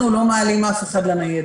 אנחנו לא מעלים אף אחד לניידת.